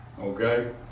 okay